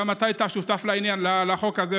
גם אתה היית שותף לחוק הזה,